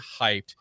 hyped